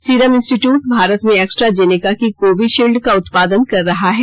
serum Institute Bharat में AstraZeneca की Covishield का उत्पादन कर रहा है